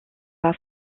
pas